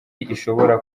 ishobora